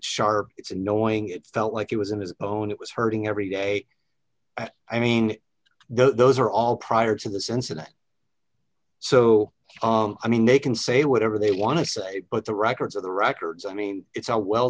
sharp it's annoying it's felt like it was in his own it was hurting every day i mean those are all prior to this incident so i mean they can say whatever they want to say but the records of the records i mean it's all well